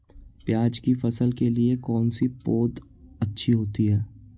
प्याज़ की फसल के लिए कौनसी पौद अच्छी होती है?